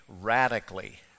radically